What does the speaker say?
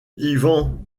ivan